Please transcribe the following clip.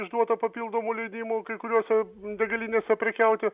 išduota papildomų leidimų kai kuriose degalinėse prekiauti